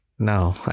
No